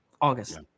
August